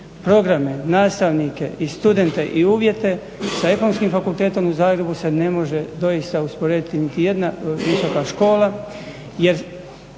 programe, nastavnike i studente i uvjete sa ekonomskim fakultetom u Zagrebu se ne može doista usporediti niti jedna visoka škola